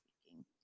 speaking